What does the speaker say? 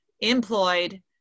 employed